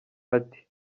ati